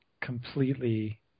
completely